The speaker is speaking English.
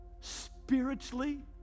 Spiritually